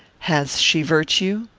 has she virtue?